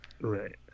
Right